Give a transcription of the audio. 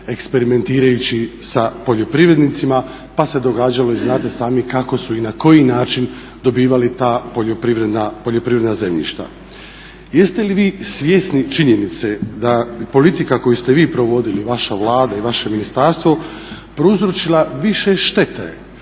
eksperimentirajući sa poljoprivrednicima, pa se događalo i znate i sami kako su i na koji način dobivali ta poljoprivredna zemljišta. Jeste li vi svjesni činjenice da politika koju ste vi provodili, vaša Vlada i vaše ministarstvo prouzročila više štete